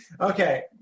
Okay